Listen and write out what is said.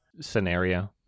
scenario